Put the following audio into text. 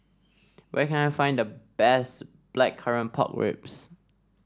where can I find the best Blackcurrant Pork Ribs